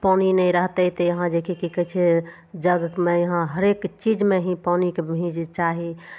पानि नहि रहतय यहाँ जे कि की कहय छै जगमे यहाँ हरेक चीजमे ही पानिके ही चाही